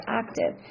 active